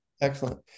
Excellent